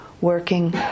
working